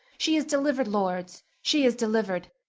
she is delivered, lord she is delivered.